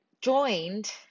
joined